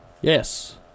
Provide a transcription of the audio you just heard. Yes